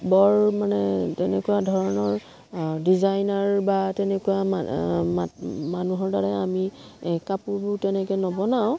বৰ মানে তেনেকুৱা ধৰণৰ ডিজাইনাৰ বা তেনেকুৱা মানুহৰ দ্বাৰাই আমি কাপোৰবোৰ তেনেকে নবনাওঁ